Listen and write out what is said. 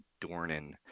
Dornan